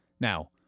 Now